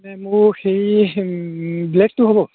নে মোৰ হেৰি ব্লেকটো হ'ব